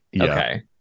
Okay